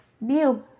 view